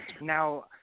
Now